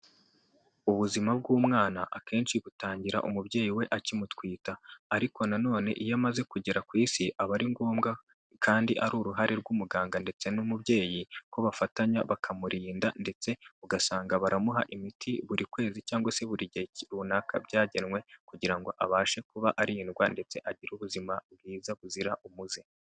Ubuzima bw'umwana akenshi butangira umubyeyi we akimutwita. Ariko nanone iyo amaze kugera ku isi aba ari ngombwa, kandi ari uruhare rw'umuganga ndetse n'umubyeyi ko bafatanya bakamurinda ndetse ugasanga baramuha imiti buri kwezi cyangwa se buri gihe runaka byagenwe, kugira ngo abashe kuba arindwa, ndetse agire ubuzima bwiza buzira umuze.